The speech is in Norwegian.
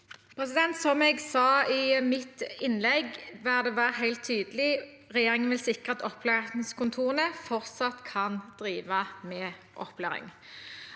Som jeg sa i mitt innlegg, og for å være helt tydelig: Regjeringen vil sikre at opplæringskontorene fortsatt kan drive med opplæring.